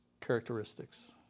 characteristics